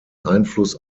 einfluss